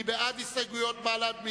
מי בעד הסתייגויות בל"ד?